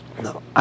No